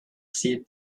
see